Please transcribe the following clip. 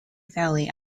valley